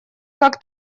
как